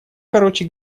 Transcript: короче